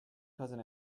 cousin